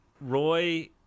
roy